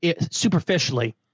superficially